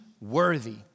Worthy